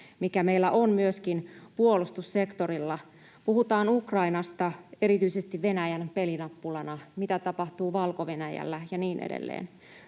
mikä meillä on myöskin puolustussektorilla. Puhutaan Ukrainasta, erityisesti Venäjän pelinappulana, siitä, mitä tapahtuu Valko-Venäjällä, ja niin edelleen.